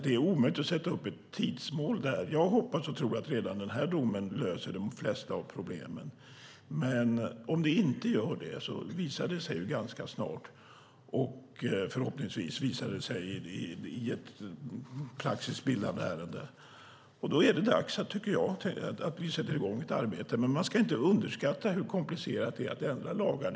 Det är omöjligt att sätta upp ett tidsmål där. Jag hoppas och tror att redan denna dom löser de flesta av problemen. Men om den inte gör det visar det sig ganska snart. Förhoppningsvis visar det sig i ett praxisbildande ärende. Då är det dags att vi sätter i gång ett arbete. Men man ska inte underskatta hur komplicerat det är att ändra lagar.